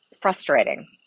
frustrating